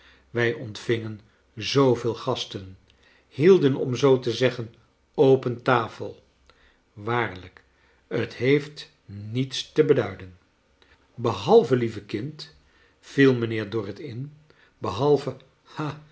wij ontvingen zooveel gasten hielden om zoo te zeggen open tafel waarlijk het heeft niets te beduiden behalve lieve kind viel mijnheer dorrit in behalve